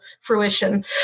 fruition